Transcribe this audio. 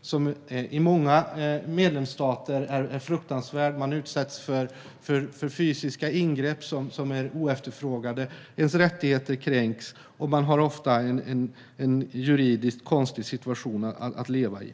som är fruktansvärd i många medlemsstater. Man utsätts för fysiska ingrepp som är oefterfrågade, ens rättigheter kränks och man har ofta en juridiskt konstig situation att leva i.